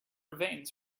veins